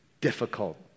difficult